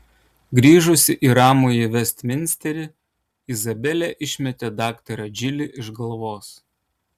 grįžusi į ramųjį vestminsterį izabelė išmetė daktarą džilį iš galvos